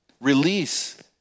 Release